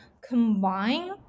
combine